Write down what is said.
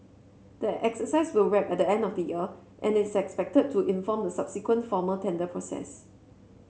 the exercise will wrap at the end of the year and is expected to inform the subsequent formal tender process